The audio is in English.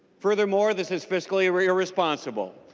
furthermore this is fiscally ah responsible.